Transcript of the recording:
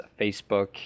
Facebook